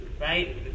right